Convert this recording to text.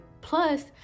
plus